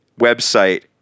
website